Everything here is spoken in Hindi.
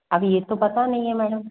अभी ये तो पता नहीं है मैडम